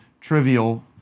trivial